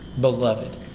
Beloved